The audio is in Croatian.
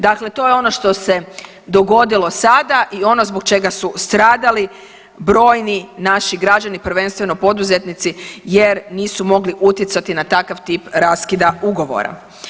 Dakle, to je ono što se dogodilo sada i ono zbog čega su stradali brojni naši građani, prvenstveno poduzetnici jer nisu mogli utjecati na takav tip raskida ugovora.